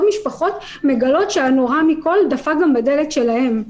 משפחות מגלות שהנורא מכול דפק גם בדלת שלהם.